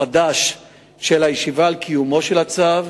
לאחר שהוסבר לרב החדש של הישיבה על קיומו של הצו.